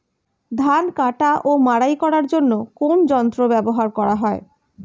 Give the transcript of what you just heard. ধান কাটা ও মাড়াই করার জন্য কোন যন্ত্র ব্যবহার করা হয়?